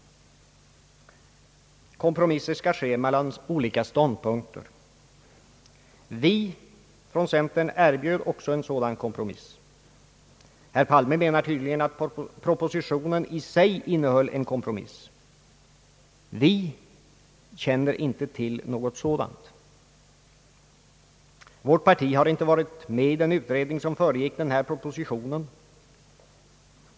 Kompromisser skall ske mellan olika ståndpunkter. Centern erbjöd också en sådan kompromiss. Herr Palme menar tydligen att propositionen i sig innehöll en kompromiss. Vi känner inte till något sådant. Vårt parti har inte varit med i den utredning som föregick denna proposition.